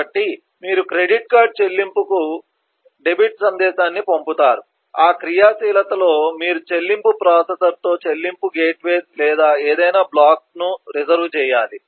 కాబట్టి మీరు credit card చెల్లింపుకు డెబిట్ సందేశాన్ని పంపుతారు ఆ క్రియాశీలతలో మీరు చెల్లింపు ప్రాసెసర్తో చెల్లింపు గేట్వే లేదా ఏదైనా బ్లాక్ను రిజర్వ్ చేయాలి